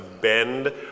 bend